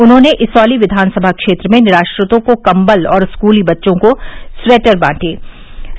उन्होंने इसौली विधानसभा क्षेत्र में निराश्रितों को कम्बल और स्कूली बच्चों को स्वेटर वितरित किये